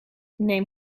neem